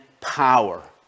power